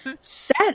set